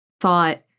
thought